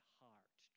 heart